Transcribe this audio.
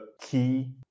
key